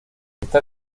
está